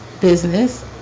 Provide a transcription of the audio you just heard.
business